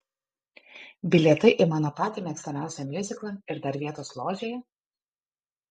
bilietai į mano patį mėgstamiausią miuziklą ir dar vietos ložėje